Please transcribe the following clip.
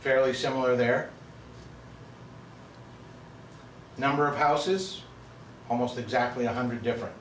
fairly similar their number of houses almost exactly one hundred different